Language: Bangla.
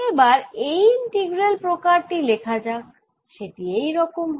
এবার এর ইন্টিগ্রাল প্রকার টি লেখা যাক সেটি এই রকম হয়